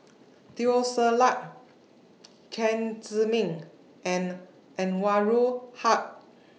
Teo Ser Luck Chen Zhiming and Anwarul Haque